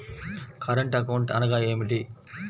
Current account అనగా ఏమిటి?